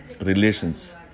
relations